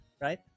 right